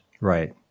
right